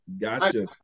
Gotcha